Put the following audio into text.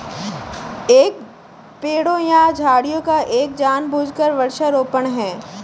एक बाग पेड़ों या झाड़ियों का एक जानबूझकर वृक्षारोपण है